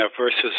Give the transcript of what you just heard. versus